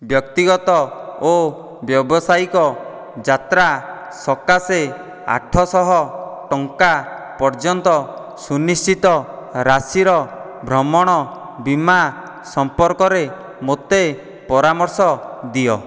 ବ୍ୟକ୍ତିଗତ ଓ ବ୍ୟାବସାୟିକ ଯାତ୍ରା ସକାଶେ ଆଠ ଶହ ଟଙ୍କା ପର୍ଯ୍ୟନ୍ତ ସୁନିଶ୍ଚିତ ରାଶିର ଭ୍ରମଣ ବୀମା ସମ୍ପର୍କରେ ମୋତେ ପରାମର୍ଶ ଦିଅ